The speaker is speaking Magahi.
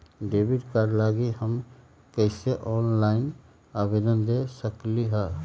डेबिट कार्ड लागी हम कईसे ऑनलाइन आवेदन दे सकलि ह?